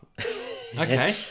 Okay